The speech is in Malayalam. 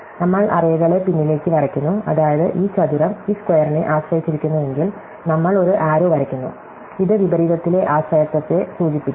നമ്മൾ അറേകളെ പിന്നിലേക്ക് വരയ്ക്കുന്നു അതായത് ഈ ചതുരം ഈ സ്ക്വയറിനെ ആശ്രയിച്ചിരിക്കുന്നുവെങ്കിൽ നമ്മൾ ഒരു ആരോ വരയ്ക്കുന്നു ഇത് വിപരീതത്തിലെ ആശ്രയത്വത്തെ സൂചിപ്പിക്കുന്നു